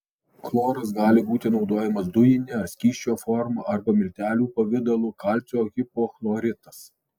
chloras gali būti naudojamas dujine ar skysčio forma arba miltelių pavidalu kalcio hipochloritas